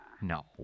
No